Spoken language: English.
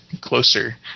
closer